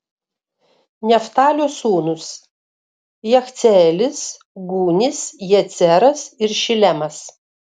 neftalio sūnūs jachceelis gūnis jeceras ir šilemas